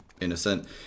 innocent